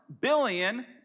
billion